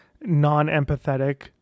non-empathetic